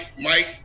mike